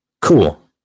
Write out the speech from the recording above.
Cool